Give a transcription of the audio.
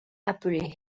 appelé